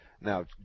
Now